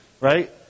right